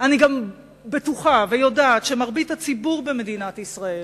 ואני גם בטוחה ויודעת שמרבית הציבור במדינת ישראל